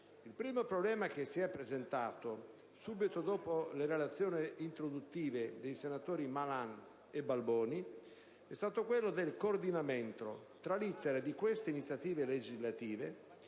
Il primo problema che si è presentato, subito dopo le relazioni introduttive dei senatori Malan e Balboni, è stato quello del coordinamento tra l'*iter* di queste iniziative legislative